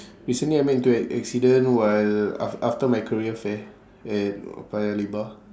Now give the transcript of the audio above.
recently I met into an accident while af~ after my career fair at paya lebar